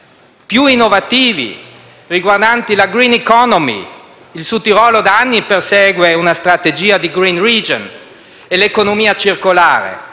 più innovativi, riguardanti la *green economy* (il Sudtirolo da anni persegue una strategia di *green region*) e l'economia circolare.